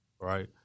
right